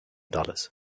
dollars